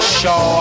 show